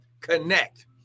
connect